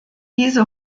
diese